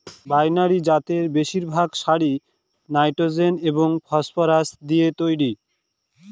binary জাতের বেশিরভাগ সারই নাইট্রোজেন এবং ফসফরাস দিয়ে তৈরি